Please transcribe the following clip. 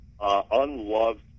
unloved